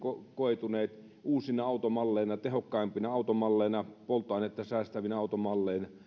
koituneet uusina automalleina tehokkaampina automalleina polttoainetta säästävinä automalleina